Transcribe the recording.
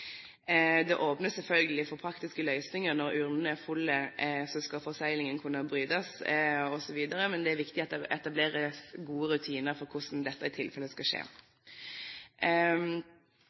selvfølgelig for praktiske løsninger. Når urnen er full, skal forseglingen kunne brytes osv., men det er viktig at det etableres gode rutiner for hvordan dette i tilfelle skal skje.